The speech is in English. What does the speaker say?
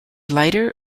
lighter